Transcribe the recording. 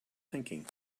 thinking